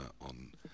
on